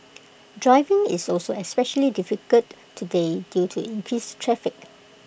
driving is also especially difficult today due to increased traffic